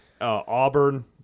Auburn